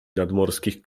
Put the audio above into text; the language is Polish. nadmorskich